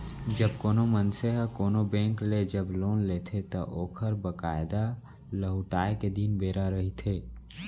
जब कोनो मनसे ह कोनो बेंक ले जब लोन लेथे त ओखर बकायदा लहुटाय के दिन बेरा रहिथे